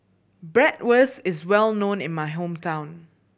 bratwurst is well known in my hometown